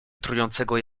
trującego